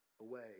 away